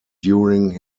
during